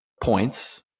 points